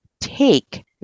take